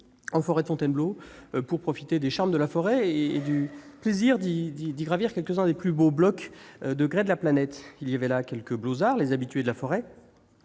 en forêt de Fontainebleau pour profiter de ses charmes et pour le plaisir de gravir quelques-uns des plus beaux blocs de grès de la planète. Il y avait là quelques « bleausards », les habitués de cette forêt,